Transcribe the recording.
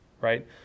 right